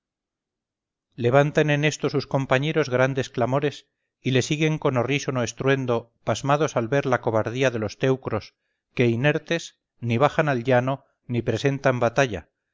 levantan en esto sus compañeros grandes clamores y le siguen con horrísono estruendo pasmados al ver la cobardía de los teucros que inertes ni bajan al llano ni presentan batalla